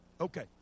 Okay